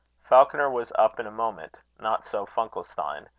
falconer was up in a moment. not so funkelstein.